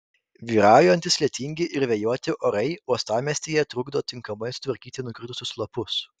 vyraujantys lietingi ir vėjuoti orai uostamiestyje trukdo tinkamai sutvarkyti nukritusius lapus